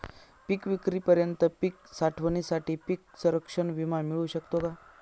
पिकविक्रीपर्यंत पीक साठवणीसाठी पीक संरक्षण विमा मिळू शकतो का?